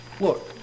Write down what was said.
Look